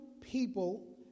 people